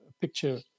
picture